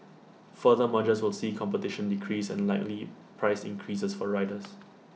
further mergers will see competition decrease and likely price increases for riders